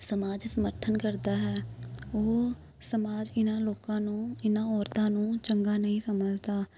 ਸਮਾਜ ਸਮਰਥਨ ਕਰਦਾ ਹੈ ਉਹ ਸਮਾਜ ਇਹਨਾਂ ਲੋਕਾਂ ਨੂੰ ਇਹਨਾਂ ਔਰਤਾਂ ਨੂੰ ਚੰਗਾ ਨਹੀਂ ਸਮਝਦਾ